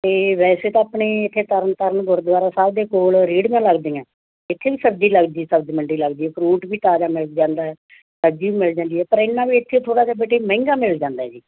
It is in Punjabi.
ਅਤੇ ਵੈਸੇ ਤਾਂ ਆਪਣੇ ਇੱਥੇ ਤਰਨ ਤਾਰਨ ਗੁਰਦੁਆਰਾ ਸਾਹਿਬ ਦੇ ਕੋਲ ਰੇਹੜੀਆਂ ਲੱਗਦੀਆਂ ਇੱਥੇ ਵੀ ਸਬਜ਼ੀ ਲੱਗਦੀ ਸਬਜ਼ੀ ਮੰਡੀ ਲੱਗਦੀ ਫਰੂਟ ਵੀ ਤਾਜ਼ਾ ਮਿਲ ਜਾਂਦਾ ਸਬਜ਼ੀ ਵੀ ਮਿਲ ਜਾਂਦੀ ਹੈ ਪਰ ਇੰਨਾ ਵੀ ਇੱਥੇ ਥੋੜ੍ਹਾ ਜਿਹਾ ਬੇਟੇ ਮਹਿੰਗਾ ਮਿਲ ਜਾਂਦਾ ਹੈ ਜੀ